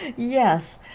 yes!